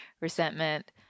resentment